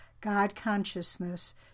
God-consciousness